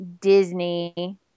disney